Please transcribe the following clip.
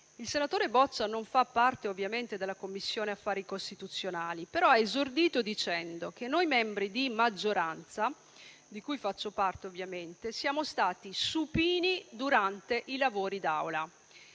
Il senatore Boccia non fa parte, ovviamente, della Commissione affari costituzionali, ma ha esordito dicendo che noi membri di maggioranza, di cui faccio parte, siamo stati supini durante i lavori d'Aula.